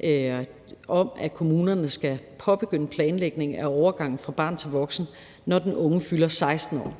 til, at kommunerne skal påbegynde planlægningen af overgangen fra barn til voksen, når den unge fylder 16 år.